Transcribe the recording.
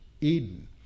Eden